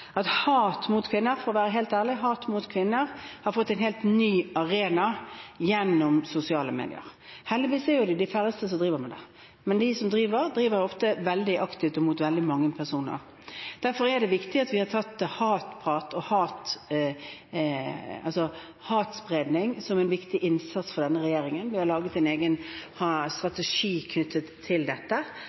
for å være helt ærlig – at hat mot kvinner har fått en helt ny arena gjennom sosiale medier. Heldigvis er det de færreste som driver med det, men de som driver med det, driver ofte veldig aktivt og mot veldig mange personer. Derfor har det vært viktig at vi har hatt en strategi mot hatspredning som en viktig innsats fra denne regjeringen. Vi har laget en egen strategi knyttet til dette,